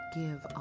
give